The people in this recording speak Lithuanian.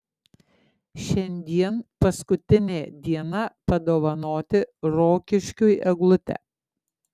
šiandien paskutinė diena padovanoti rokiškiui eglutę